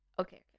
Okay